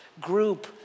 group